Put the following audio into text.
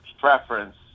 preference